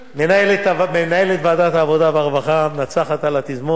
מנהלת ועדת העבודה והרווחה, מנצחת על התזמורת